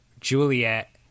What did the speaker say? Juliet